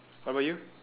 what were you